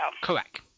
Correct